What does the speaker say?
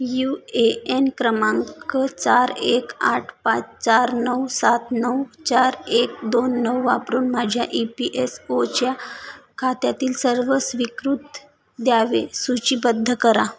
you A N क्रमांक चार एक आठ पाच चार नऊ सात नऊ चार एक दोन नऊ वापरून माझ्या ई पी एस ओच्या खात्यातील सर्व स्वीकृत दावे सूचीबद्ध करा